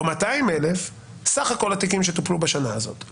או 200,000 התיקים שטופלו בשנה הזו בסך הכל.